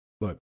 look